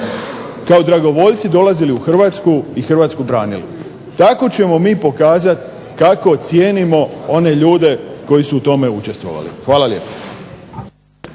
kao dragovoljci dolazili u Hrvatsku i Hrvatsku branili. Tako ćemo mi pokazati kako cijenimo one ljude koji su u tome učestvovali. Hvala lijepo.